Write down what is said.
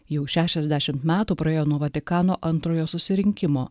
jau šešiasdešim metų praėjo nuo vatikano antrojo susirinkimo